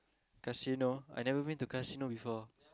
cause you know I've never been to casino before